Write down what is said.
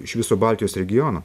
iš viso baltijos regiono